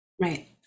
Right